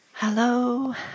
Hello